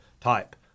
type